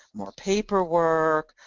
more paperwork,